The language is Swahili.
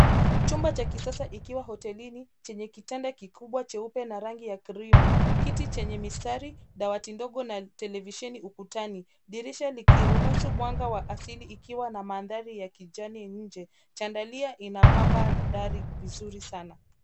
Chumba cha kisasa ikiwa hotelini chenye kitanda kikubwa cheupe na rangi ya (cs)cream(cs).Kiti chenye mistari, dawati ndogo na televisheni ukutani. Dirisha likiruhusu mwanga wa asili ikiwa na mandhari ya kijani nje. Chandalia inapamba dari vizuri sana.